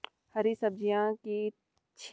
हरी सब्जियों की ताजगी को कैसे बनाये रखें?